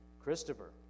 Christopher